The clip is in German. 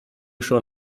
schon